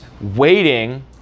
waiting